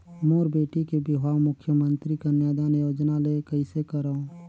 मोर बेटी के बिहाव मुख्यमंतरी कन्यादान योजना ले कइसे करव?